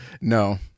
no